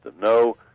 No